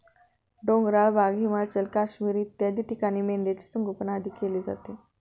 डोंगराळ भाग, हिमाचल, काश्मीर इत्यादी ठिकाणी मेंढ्यांचे संगोपन अधिक केले जाते